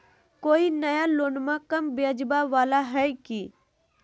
कोइ नया लोनमा कम ब्याजवा वाला हय की?